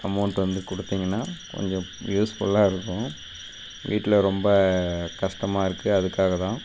amount வந்து கொடுத்தீங்கன்னா கொஞ்சம் யூஸ்ஃபுல்லாக இருக்கும் வீட்டில் ரொம்ப கஷ்டமாக இருக்குது அதுக்காக தான்